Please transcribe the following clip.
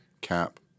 Cap